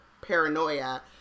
paranoia